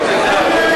אדוני השר,